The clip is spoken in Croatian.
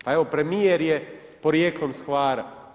Pa evo, premijer je porijeklom iz Hvara.